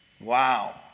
Wow